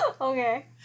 Okay